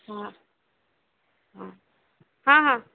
ହଁ ହଁ ହଁ ହଁ